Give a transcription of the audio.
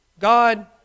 God